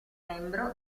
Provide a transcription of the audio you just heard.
membro